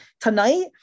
tonight